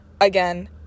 again